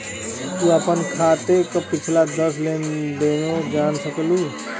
तू आपन खाते क पिछला दस लेन देनो जान सकलू